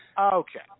Okay